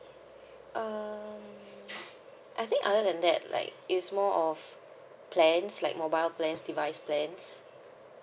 uh I think other than that like it's more of plans like mobile plans device plans